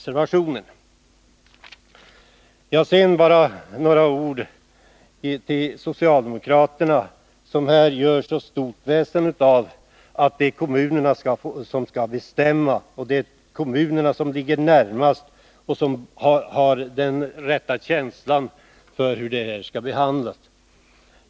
Sedan vill jag bara säga några ord till socialdemokraterna, som här gör så stort väsen av att det är kommunerna som skall bestämma och att det är kommunerna som har den rätta känslan för hur dessa frågor skall behandlas.